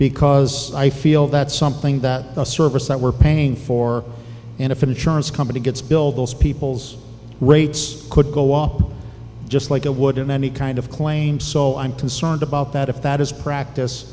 because i feel that something that a service that we're paying for and if an insurance company gets billed those people's rates could go up just like it would in any kind of claim so i'm concerned about that if that is practice